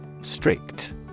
Strict